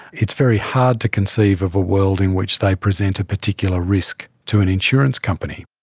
it's very hard to conceive of a world in which they present a particular risk to an insurance company.